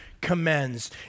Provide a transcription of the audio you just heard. commends